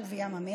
באילת ובים המלח,